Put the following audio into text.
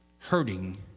Hurting